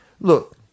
Look